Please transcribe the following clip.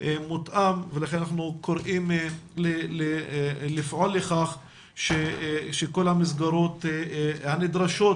מותאם ולכן אנחנו קוראים לפעול לכך שכל המסגרות הנדרשות